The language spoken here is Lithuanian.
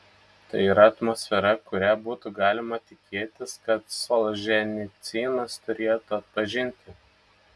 tai yra atmosfera kurią būtų galima tikėtis kad solženicynas turėtų atpažinti